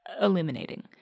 illuminating